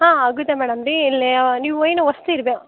ಹಾಂ ಆಗುತ್ತೆ ಮೇಡಮ್ ರೀ ಇಲ್ಲಿ ನೀವು